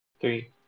three